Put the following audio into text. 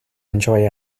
enjoy